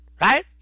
right